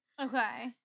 Okay